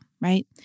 right